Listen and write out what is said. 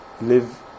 live